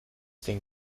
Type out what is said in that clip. denn